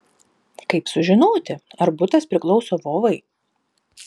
kaip sužinoti ar butas priklauso vovai